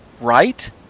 Right